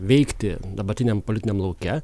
veikti dabartiniam politiniam lauke